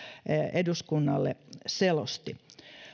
eduskunnalle selosti